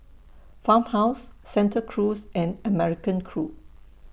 Farmhouse Santa Cruz and American Crew